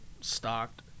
stocked